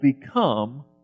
become